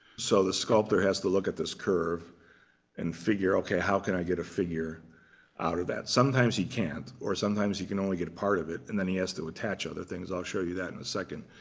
so the sculptor has to look at this curve and figure, ok, how can i got a figure out of that? sometimes he can't. or sometimes he can only get a part of it, and then he has to attach other things. i'll show you that in a second.